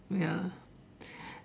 ya